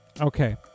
okay